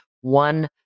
one